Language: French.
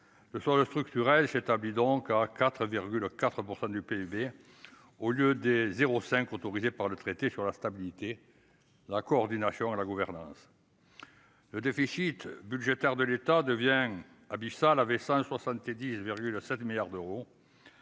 le soir le c'est un bidon qu'à 4,4 % du PIB au lieu des 0 5 autorisé par le traité sur la stabilité, la coordination et la gouvernance. Le déficit budgétaire de l'État devient abyssal, avait 170,7 milliards d'euros